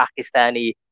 Pakistani